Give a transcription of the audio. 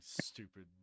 Stupid